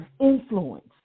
influence